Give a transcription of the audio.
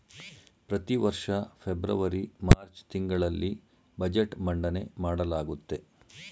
ಪ್ರತಿವರ್ಷ February March ತಿಂಗಳಲ್ಲಿ budget ಮಂಡನೆ ಮಾಡಲಾಗುತ್ತೆ